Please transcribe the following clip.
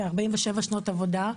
47 שנות עבודה,